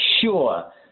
sure